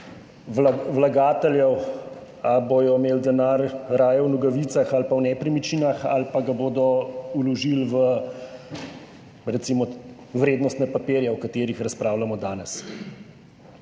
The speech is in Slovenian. vlagateljev, ali bodo imeli denar raje v nogavicah ali pa v nepremičninah ali pa ga bodo vložili recimo v vrednostne papirje, o katerih razpravljamo danes.